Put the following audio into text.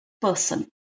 person